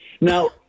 Now